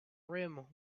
rim